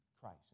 Christ